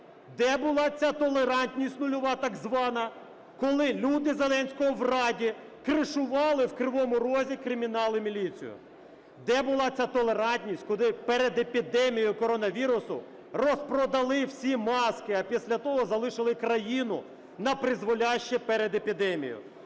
Де була ця толерантність нульова так звана, коли люди Зеленського в Раді кришували в Кривому Розі кримінал і міліцію? Де була ця толерантність, коли перед епідемією коронавірусу розпродали всі маски, а після того залишили країну напризволяще перед епідемією?